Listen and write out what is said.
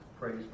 Praise